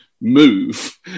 move